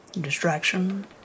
Distraction